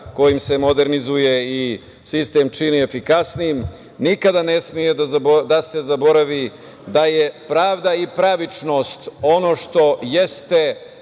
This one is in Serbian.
kojim se modernizuje sistem čini efikasnijim, nikada ne sme da se zaboravi da je pravda i pravičnost ono što jeste